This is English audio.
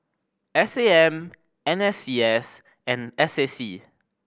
S A M N S C S and S A C